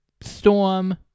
Storm